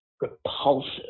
repulsive